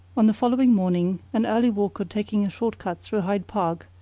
on the following morning, an early worker taking a short cut through hyde park,